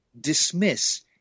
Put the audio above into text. dismiss